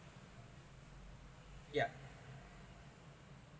yeah